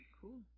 cool